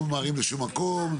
לא ממהרים לשום מקום.